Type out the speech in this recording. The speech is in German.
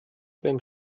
beim